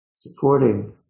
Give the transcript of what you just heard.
supporting